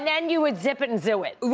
then you would zip it and zoo it?